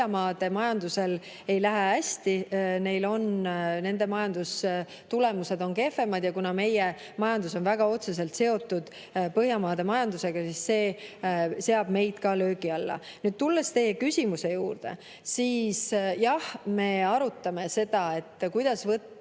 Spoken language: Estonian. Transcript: Põhjamaade majandusel ei lähe hästi, nende majandustulemused on kehvemad. Kuna meie majandus on väga otseselt seotud Põhjamaade majandusega, siis see seab meid ka löögi alla. Tulles teie küsimuse juurde, siis jah, me arutame seda, kuidas võtta